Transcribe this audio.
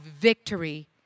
victory